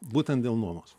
būtent dėl nuomos